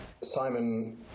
Simon